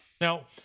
Now